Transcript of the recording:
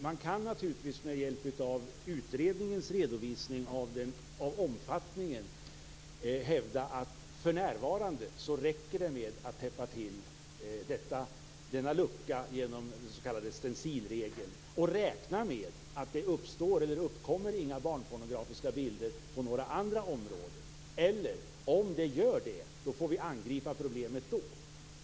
Man kan naturligtvis med hjälp av utredningens redovisning av omfattningen hävda att det för närvarande räcker med att täppa till denna lucka genom den s.k. stencilregeln och räkna med att det inte uppstår några barnpornografiska bilder på några andra områden och om det gör det angripa problemet då.